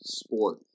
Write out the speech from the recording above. sport